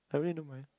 I really don't mind